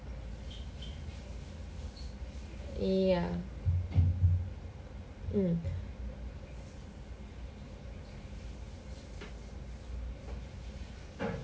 ya mm